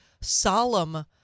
solemn